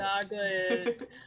Chocolate